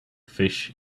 fish